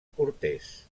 cortès